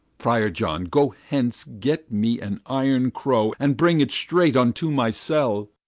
friar john, go hence get me an iron crow and bring it straight unto my cell.